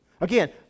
Again